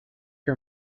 her